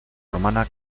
romana